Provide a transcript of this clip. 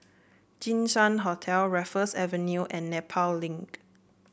Jinshan Hotel Raffles Avenue and Nepal Link